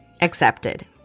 Accepted